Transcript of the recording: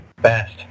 best